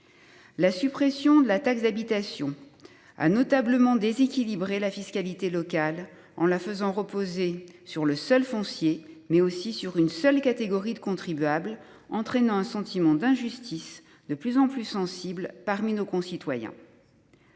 La suppression de la taxe d’habitation a notablement déséquilibré la fiscalité locale en la faisant reposer sur le seul foncier, mais aussi sur une seule catégorie de contribuables, entraînant un sentiment d’injustice de plus en plus sensible chez nos concitoyens.